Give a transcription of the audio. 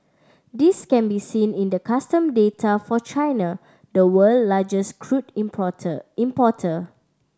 this can be seen in the custom data for China the world largest crude importer importer